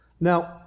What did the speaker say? Now